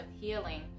healing